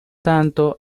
tanto